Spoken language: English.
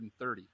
130